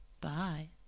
Bye